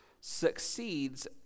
succeeds